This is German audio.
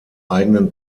eigenen